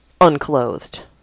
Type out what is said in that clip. unclothed